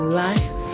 life